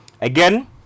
Again